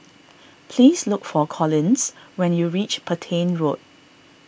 please look for Collins when you reach Petain Road